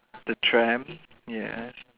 the tram yeah